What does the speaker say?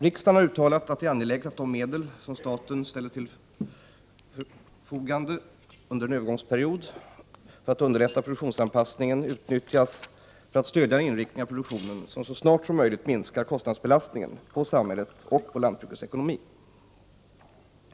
Riksdagen har uttalat att det är angeläget att de medel som staten under en övergångsperiod ställer till förfogande för att underlätta produktionsanpassningen utnyttjas för att stödja en inriktning av produktionen som så snart som möjligt minskar kostnadsbelastningen på samhället och på lantbrukets ekonomi.